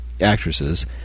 actresses